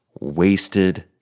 wasted